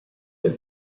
nel